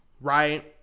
Right